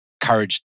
courage